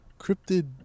cryptid